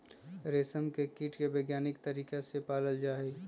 रेशम के कीट के वैज्ञानिक तरीका से पाला जाहई